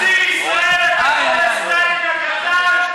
לאסיר ישראל אתה קורא "סטלין הקטן"?